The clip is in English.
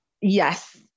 Yes